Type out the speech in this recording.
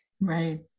Right